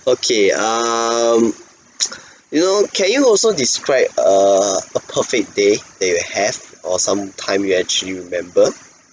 okay um you know can you also describe a a perfect day that you have or some time you actually remember